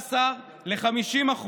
מ-15% ל-50%,